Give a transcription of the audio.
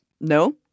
No